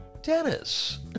Dennis